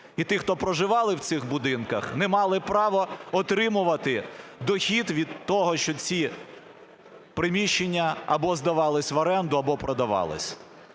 і ті, хто проживали в цих будинках, не мали права отримувати дохід від того, що ці приміщення або здавалися в оренду, або продавалися.